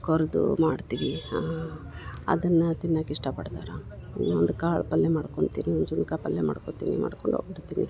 ಕೊರ್ದು ಮಾಡ್ತೀವಿ ಅದನ್ನ ತಿನ್ನಾಕೆ ಇಷ್ಟ ಪಡ್ತಾರೆ ಒಂದು ಕಾಳು ಪಲ್ಯ ಮಾಡ್ಕೊಳ್ತೀನಿ ಜುನ್ಕ ಪಲ್ಯ ಮಾಡ್ಕೊತೀನಿ ಮಾಡ್ಕೊಂಡು ಹೋಗ್ಬಿಡ್ತಿನಿ